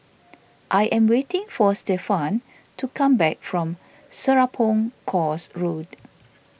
I am waiting for Stefan to come back from Serapong Course Road